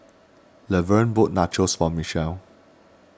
Lavern bought Nachos for Michelle